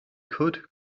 could